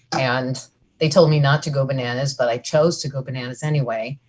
and they told me not to go bananas, but i chose to go bananas any way,